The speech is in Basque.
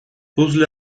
puzzle